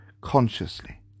consciously